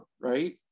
right